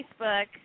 Facebook